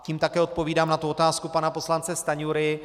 Tím také odpovídám na otázku pana poslance Stanjury.